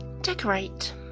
decorate